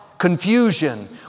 confusion